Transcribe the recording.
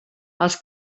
als